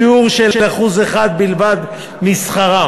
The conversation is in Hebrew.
שיעור של 1% בלבד משכרם.